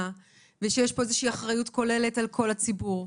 ושיש פה איזושהי אחריות כוללת על כל הציבור.